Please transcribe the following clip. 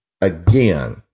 again